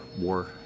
war